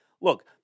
look